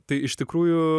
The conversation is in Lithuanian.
tai iš tikrųjų